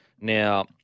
Now